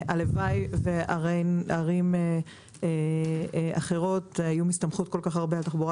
הלוואי וערים אחרות היו מסתמכות כל כך הרבה על תחבורה